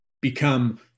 become